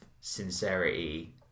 sincerity